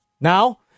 Now